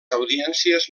audiències